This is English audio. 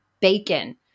bacon